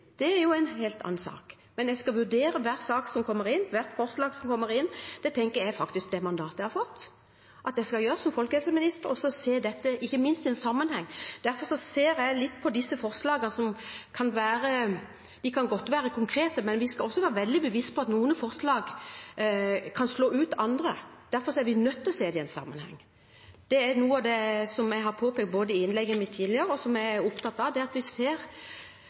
er en helt annen sak. Jeg skal vurdere hver sak og hvert forslag som kommer inn. Jeg tenker faktisk at det mandatet jeg har fått, og det jeg skal gjøre som folkehelseminister, er å se dette i sammenheng. Derfor ser jeg på disse forslagene. De kan godt være konkrete, men vi skal være veldig bevisst på at noen forslag kan slå ut andre. Derfor er vi nødt til å se dem i sammenheng. Noe av det jeg påpekte i innlegget mitt og som jeg er opptatt av, er at vi ser